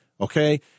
okay